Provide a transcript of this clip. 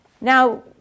Now